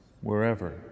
wherever